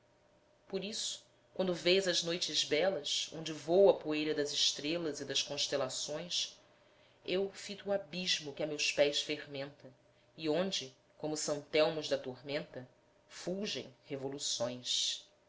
por isso quando vês as noites belas onde voa a poeira das estrelas e das constelações eu fito o abismo que a meus pés fermenta e onde como santelmos da tormenta fulgem revoluções